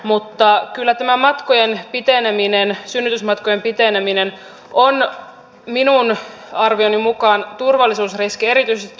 mutta kyllä tämä synnytysmatkojen piteneminen on minun arvioni mukaan turvallisuusriski erityisesti tuolla pohjoisessa